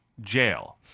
jail